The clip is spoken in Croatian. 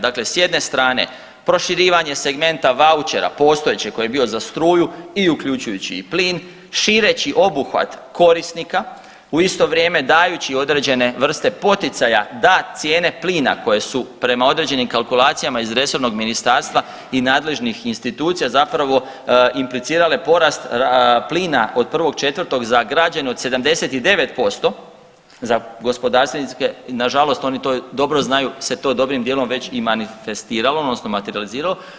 Dakle, s jedne strane proširivanje segmenta vaučera postojećeg koji je bio za struju i uključujući i plin, šireći obuhvat korisnika u isto vrijeme dajući određene vrste poticaja da cijene plina koje su prema određenim kalkulacijama iz resornog ministarstva i nadležnih institucija zapravo implicirale porast plina od 1.4. za građane od 79%, za gospodarstvenike nažalost oni to dobro znaju se to dobrim dijelom već i manifestiralo odnosno materijaliziralo.